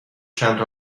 چند